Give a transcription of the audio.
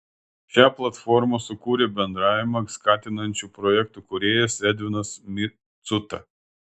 šią platformą sukūrė bendravimą skatinančių projektų kūrėjas edvinas micuta